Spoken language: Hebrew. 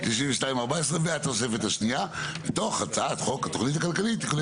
62(14) והתוספת השנייה מתוך הצעת חוק התכנית הכלכלית (תיקוני